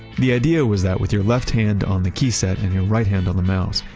the idea was that with your left hand on the keyset and your right hand on the mouse,